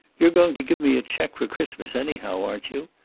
you're going to give me a check for christmas anyhow, aren't you?